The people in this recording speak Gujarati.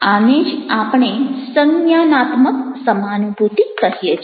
આને જ આપણે સંજ્ઞાનાત્મક સમાનુભૂતિ કહીએ છીએ